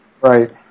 Right